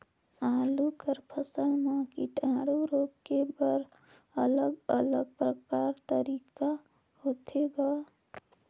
आलू कर फसल म कीटाणु रोके बर अलग अलग प्रकार तरीका होथे ग?